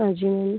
हाँ जी मैम